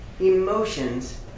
emotions